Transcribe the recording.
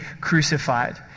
crucified